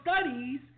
studies